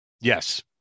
yes